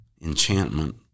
enchantment